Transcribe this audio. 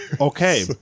Okay